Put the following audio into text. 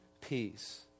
peace